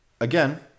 again